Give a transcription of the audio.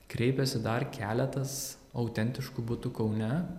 kreipėsi dar keletas autentiškų butų kaune